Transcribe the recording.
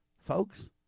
folks